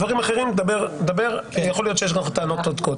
דברים אחרים דבר ויכול להיות שיש לך גם טענות צודקות,